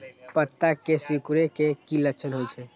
पत्ता के सिकुड़े के की लक्षण होइ छइ?